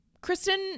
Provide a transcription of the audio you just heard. Kristen